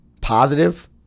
positive